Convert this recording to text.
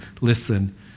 listen